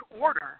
order